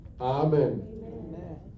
Amen